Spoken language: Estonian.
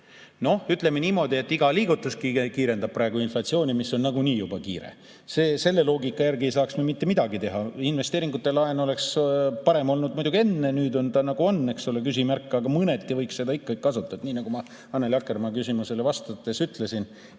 Ütleme niimoodi, et iga liigutus kiirendab praegu inflatsiooni, mis on nagunii juba kiire. Selle loogika järgi ei saaks me mitte midagi teha. Investeeringute laen oleks muidugi parem olnud enne teha. Nüüd on ta, nagu on – küsimärk –, aga mõneti võiks seda kasutada. Nii nagu ma Annely Akkermanni küsimusele vastates ütlesin,